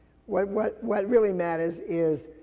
what, what, what really matters is,